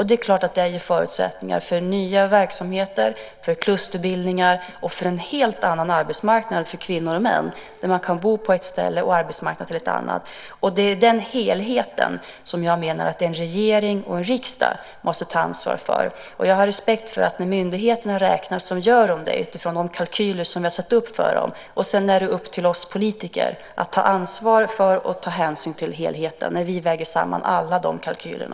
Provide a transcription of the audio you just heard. Det är klart att det ger förutsättningar för nya verksamheter, klusterbildningar och för en helt annan arbetsmarknad för kvinnor och män, då man kan bo på ett ställe och ha arbetsmarknaden på ett annat. Det är den helheten som jag menar att regeringen och riksdagen måste ta ansvar för. Jag har respekt för att när myndigheterna räknar så gör de det utifrån de kalkyler som vi har satt upp för dem. Sedan är det upp till oss politiker att ta ansvar för och ta hänsyn till helheten när vi väger samman alla de kalkylerna.